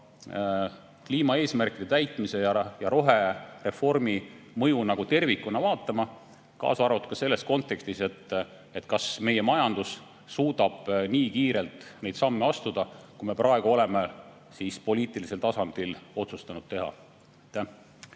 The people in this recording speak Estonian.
kliimaeesmärkide täitmise ja rohereformi mõju tervikuna vaatama, kaasa arvatud selles kontekstis, kas meie majandus suudab nii kiirelt neid samme astuda, nagu me praegu oleme poliitilisel tasandil otsustanud teha.